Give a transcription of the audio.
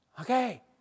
Okay